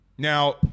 Now